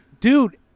Dude